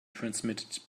transmitted